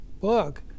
book